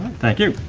thank you!